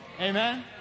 Amen